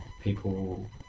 people